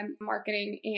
marketing